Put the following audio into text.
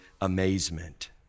amazement